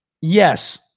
yes